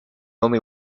only